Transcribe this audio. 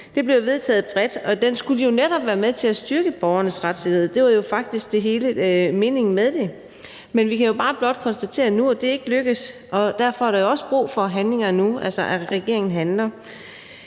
– blev vedtaget bredt. Den skulle netop være med til at styrke borgernes retssikkerhed; det var jo faktisk hele meningen med den. Men vi kan jo bare konstatere nu, at det ikke er lykkedes, og derfor er der også brug for handling nu, altså at regeringen handler.